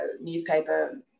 newspaper